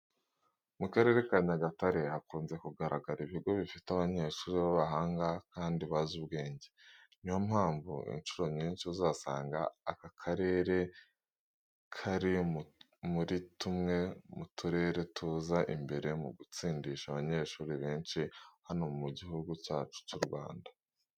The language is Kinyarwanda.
Mu Karere ka Nyagatare hakunze kugaragara ibigo bifite abanyeshuri b'abahanga kandi bazi ubwenge. Ni yo mpamvu incuro nyinshi uzasanga aka karere kari muri tumwe mu turere tuza imbere mu gutsindisha abanyeshuri benshi hano mu Gihugu cyacu cy'u Rwanda.